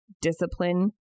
discipline